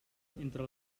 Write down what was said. entre